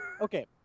Okay